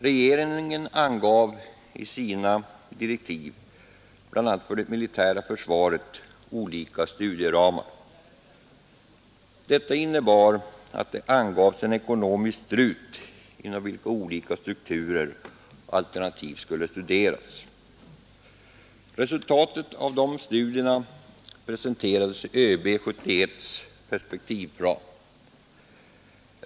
Regeringen angav i sina direktiv bland annat för det militära försvaret olika studieramar. Detta innebar att det angavs en ekonomisk ”strut”, inom vilken olika strukturer och alternativ skulle studeras. Resultatet av dessa studier presenterades i ÖB 71:s perspektivplan.